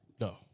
No